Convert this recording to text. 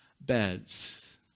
beds